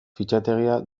fitxategia